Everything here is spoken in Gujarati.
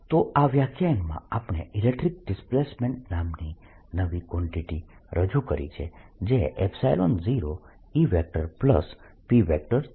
તો આ વ્યાખ્યાનમાં આપણે ઇલેક્ટ્રીક ડિસ્પ્લેસમેન્ટ નામની નવી કવાન્ટીટી રજૂ કરી છે જે 0EP છે